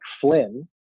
Flynn